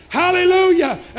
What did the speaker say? hallelujah